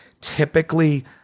typically